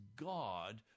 God